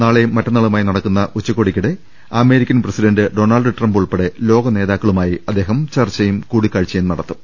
നാളെയും മറ്റന്നാളുമായി നടക്കുന്ന ഉച്ച കോടിയിൽ അമേരിക്കൻ പ്രസിഡന്റ് ഡൊണാൾഡ് ട്രംപ് ഉൾപ്പെടെ ലോകനേതാക്കളുമായി അദ്ദേഹം ചർച്ചയും കൂടിക്കാഴ്ചയും നടത്തും